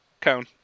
Cone